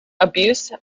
abuse